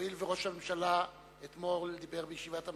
הואיל וראש הממשלה אתמול דיבר בישיבת הממשלה,